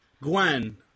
Gwen